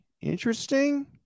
interesting